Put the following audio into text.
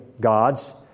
gods